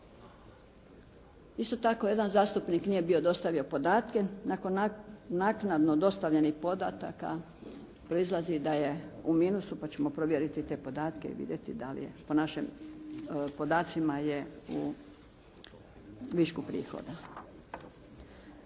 Isto tako jedan zastupnik nije bio dostavio podatke. Nakon naknadno dostavljenih podataka proizlazi da je u minusu, pa ćemo provjeriti te podatke i vidjeti da li je po našim podacima je u višku prihoda.